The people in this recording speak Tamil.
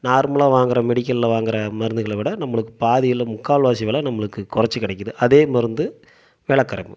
நார்மலாக வாங்கிற மெடிக்கலில் வாங்கிற மருந்துகளை விட நம்மளுக்கு பாதி இல்லை முக்கால்வாசி விலை நம்மளுக்கு குறைச்சி கிடைக்கிது அதே மருந்து விலை குறைவு